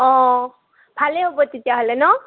অঁ ভালেই হ'ব তেতিয়াহ'লে ন